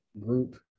group